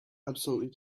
absolutely